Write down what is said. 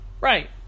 Right